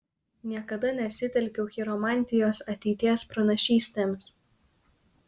niekada nesitelkiau chiromantijos ateities pranašystėms